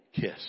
kiss